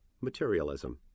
Materialism